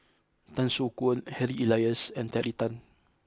Tan Soo Khoon Harry Elias and Terry Tan